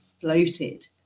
floated